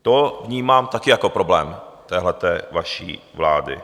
To vnímám taky jako problém téhleté vaší vlády.